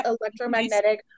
electromagnetic